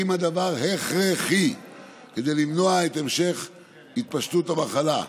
אם הדבר הכרחי כדי למנוע את המשך התפשטות המחלה,